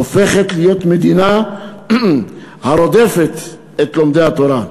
הופכת להיות המדינה הרודפת את לומדי התורה.